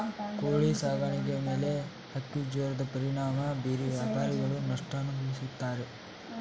ಕೋಳಿ ಸಾಕಾಣಿಕೆ ಮೇಲೆ ಹಕ್ಕಿಜ್ವರದ ಪರಿಣಾಮ ಬೀರಿ ವ್ಯಾಪಾರಿಗಳು ನಷ್ಟ ಅನುಭವಿಸುತ್ತಾರೆ